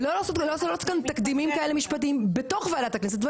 ולא לעשות כאן תקדימים משפטיים כאלה בתוך ועדת הכנסת.